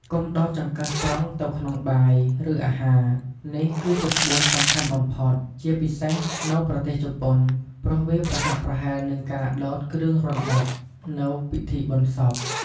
កុំដោតចង្កឹះត្រង់ទៅក្នុងបាយ ឬអាហារ នេះគឺជាក្បួនសំខាន់បំផុត ជាពិសេសនៅប្រទេសជប៉ុន ព្រោះវាប្រហាក់ប្រហែលនឹងការដោតគ្រឿងរណ្ដាប់នៅពិធីបុណ្យសព។